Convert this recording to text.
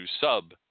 sub